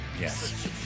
Yes